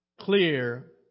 clear